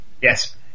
Yes